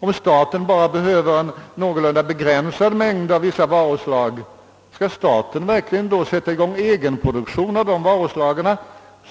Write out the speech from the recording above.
Om staten bara behöver en någorlunda begränsad mängd av vissa varuslag — skall staten då verkligen starta en egen produktion av dessa varuslag enligt